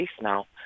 now